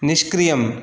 निष्क्रियम्